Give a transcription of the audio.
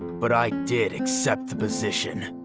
but i did accept the position.